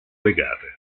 legate